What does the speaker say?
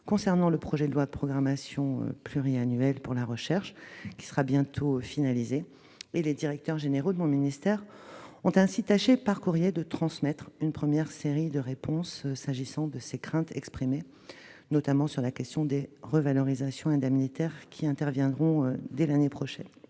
contenu du projet de loi de programmation pluriannuelle pour la recherche, qui sera bientôt finalisé. Les directeurs généraux de mon ministère ont tâché de transmettre par courrier une première série de réponses aux inquiétudes exprimées, notamment sur la question des revalorisations indemnitaires qui interviendront dès l'année prochaine.